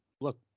Look